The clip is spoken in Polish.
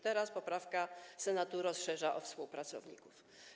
Teraz poprawka Senatu rozszerza to o współpracowników.